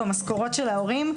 במשכורות של ההורים.